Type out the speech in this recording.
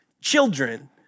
children